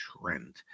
trend